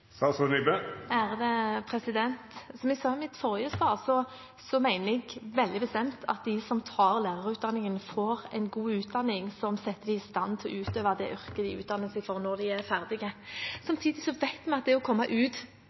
Som jeg sa i mitt forrige svar, mener jeg veldig bestemt at de som tar lærerutdanningen, får en god utdanning, som setter dem i stand til å utøve det yrket de er utdanner seg for, når de er ferdige. Samtidig vet vi at det å komme ut